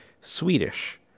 Swedish